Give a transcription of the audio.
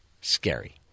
scary